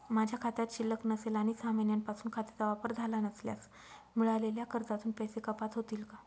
माझ्या खात्यात शिल्लक नसेल आणि सहा महिन्यांपासून खात्याचा वापर झाला नसल्यास मिळालेल्या कर्जातून पैसे कपात होतील का?